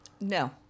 No